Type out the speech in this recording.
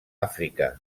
àfrica